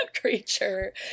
creature